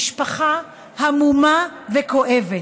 משפחה המומה וכואבת.